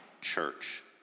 church